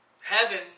Heaven